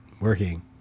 working